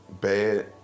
bad